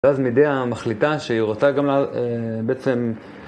ואז מידי המחליטה שהיא רוצה גם בעצם...